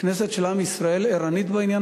כנסת עם ישראל, ערנית בנושא